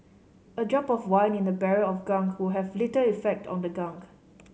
a drop of wine in a barrel of gunk will have little effect on the gunk